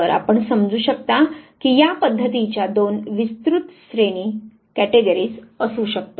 तर आपण समजू शकता की या पद्धतीच्या दोन विस्तृत श्रेणी असू शकतात